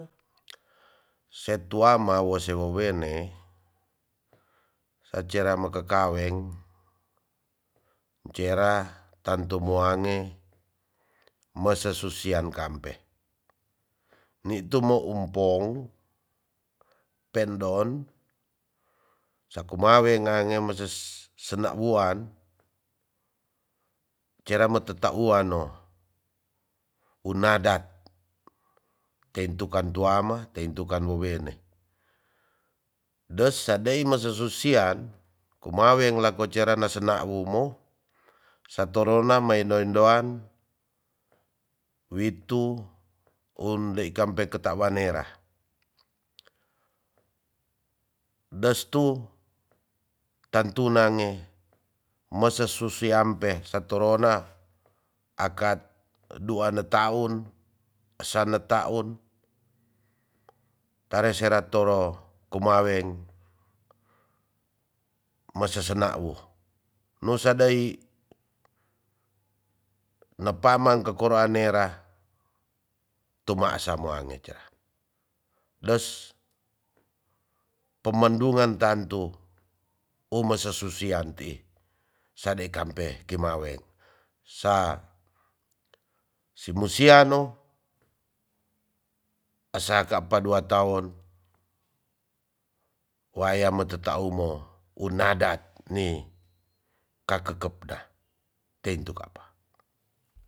Se tuama wo se wowene sa cera make kaweng, cera tantu mo ange mese susiang kampe nitu mo umpong pendon sakumawe ngange meses senawuan cera ma tetauwano unadat teintu kan tuama teintu kan wowene des sadei mesa susian kumaweng lako cerana sena wu mo satorona ma endo endo an witu un dei kampe keta wanera des tu tantu nange mese susiampe satorona akat dua ne taun sa ne taun tare sera toro kumaweng masesena wu nusa dai nepaman kekora nera tu masa moange cera des pemendungan tantu um mese susianti sadei kampe kimaweng sa si musiano asa ka pa dua taon waya ma teta umo unadat ni kakekep da teintu kapa.